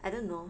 I don't know